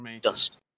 dust